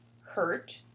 Hurt